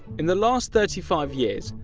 in the last thirty five years,